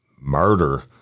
murder